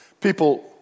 people